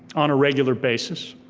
on a regular basis.